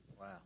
Wow